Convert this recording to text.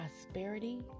prosperity